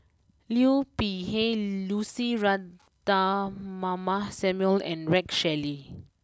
Liu Peihe Lucy Ratnammah Samuel and Rex Shelley